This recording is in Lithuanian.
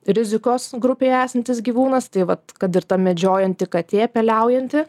rizikos grupėje esantis gyvūnas tai vat kad ir medžiojanti katė peliaujanti